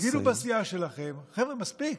תגידו בסיעה שלכם: חבר'ה, מספיק.